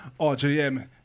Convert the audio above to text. RJM